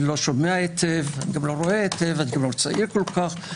אני לא שומע היטב, לא רואה היטב, לא צעיר כל כך.